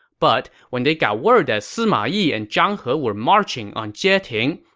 but when they got word that sima yi and zhang he were marching on jieting,